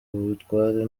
butwari